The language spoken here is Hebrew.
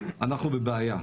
אנחנו בבעיה.